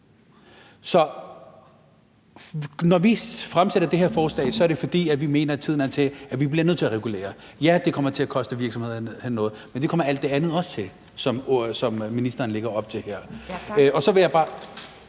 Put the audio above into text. Så når vi fremsætter det her forslag, er det, fordi vi mener, at tiden er til, at vi bliver nødt til at regulere. Ja, det kommer til at koste virksomhederne noget, men det kommer alt det andet, som ministeren lægger op til her, også til. Og så vil jeg bare